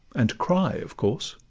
and cry of course.